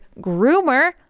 groomer